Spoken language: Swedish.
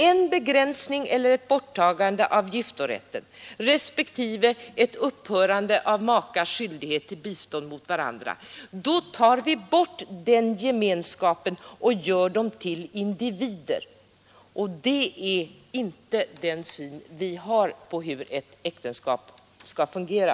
En begränsning eller ett borttagande av giftorätten respektive ett upphörande av makars skyldighet att bistå varandra innebär att man tar bort gemenskapen och gör dem till individer, och det stämmer inte med den syn vi har på hur ett äktenskap skall fungera.